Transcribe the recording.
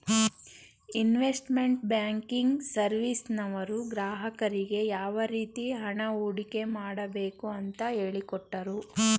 investment banking ಸರ್ವಿಸ್ನವರು ಗ್ರಾಹಕರಿಗೆ ಯಾವ ರೀತಿ ಹಣ ಹೂಡಿಕೆ ಮಾಡಬೇಕು ಅಂತ ಹೇಳಿಕೊಟ್ಟರು